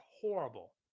horrible